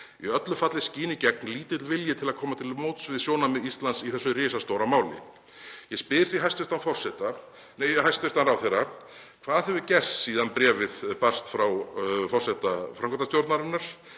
Í öllu falli skín í gegn lítill vilji til að koma til móts við sjónarmið Íslands í þessu risastóra máli. Ég spyr því hæstv. ráðherra. Hvað hefur gerst síðan bréfið barst frá forseta framkvæmdastjórnarinnar?